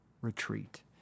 retreat